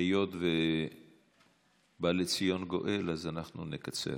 היות שבא לציון גואל, אז אנחנו נקצר.